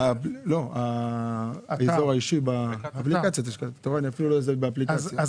אתה רואה, אני אפילו לא יודע שזה באפליקציה.